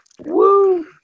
Woo